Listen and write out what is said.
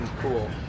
cool